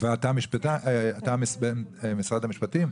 אתה ממשרד המשפטים?